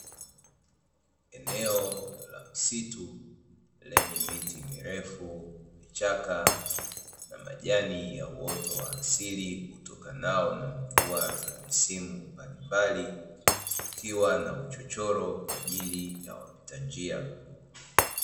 Eneo la msitu lenye miti mirefu, vichaka na majani ya uoto wa asili; utokanao na mvua za misimu mbalimbali, ukiwa na uchochoro kwa ajili ya wapita njia.